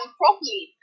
properly